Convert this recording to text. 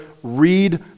read